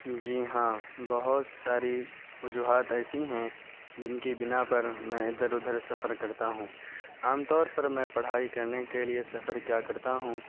جی ہاں بہت ساری وجوہات ایسی ہیں جن کی بنا پر میں ادھر ادھر سفر کرتا ہوں عام طور پر میں پڑھائی کرنے کے لیے سفر کیا کرتا ہوں